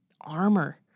armor